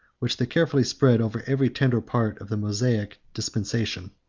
which they carefully spread over every tender part of the mosaic dispensation.